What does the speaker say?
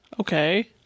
Okay